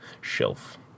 shelf